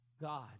God